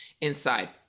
inside